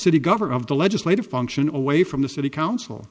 city governor of the legislative function away from the city council